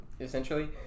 essentially